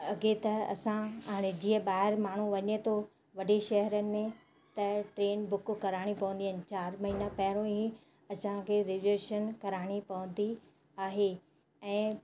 अॻिए त असां हाणे जीअं ॿाहिरि माण्हू वञे थो वॾे शहरुनि त ट्रेन बुक कराइणियूं पवंदियूं आहिनि चारि महीना पहिरियों ई असांखे रिज़रवेशन कराइणी पवंदी आहे ऐं